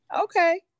Okay